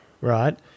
right